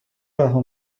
رها